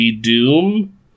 Doom